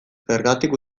zergatik